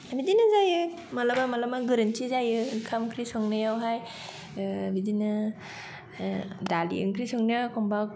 बिदिनो जायो मालाबा मालाबा गोरोन्थि जायो ओंखाम ओंख्रि संनायावहाय ओ बिदिनो ओ दालि ओंख्रि संनायाव एखमबा